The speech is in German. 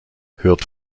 hört